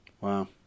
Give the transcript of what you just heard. Wow